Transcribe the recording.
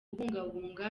bukangurambaga